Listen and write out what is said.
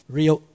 real